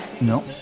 No